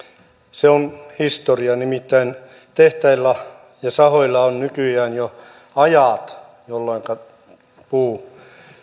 se on historiaa nimittäin tehtailla ja sahoilla on nykyään jo ajat jolloinka puu